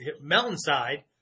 mountainside